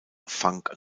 funk